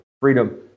Freedom